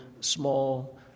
small